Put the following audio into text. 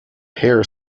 hare